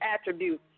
attributes